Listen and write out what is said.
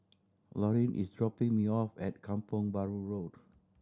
Laurine is dropping me off at Kampong Bahru Road